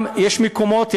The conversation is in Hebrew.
גם יש מקומות,